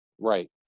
Right